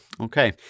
Okay